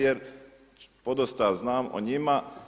Jer podosta znam o njima.